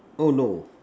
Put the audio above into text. oh no